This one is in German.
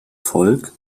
volk